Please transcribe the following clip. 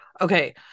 Okay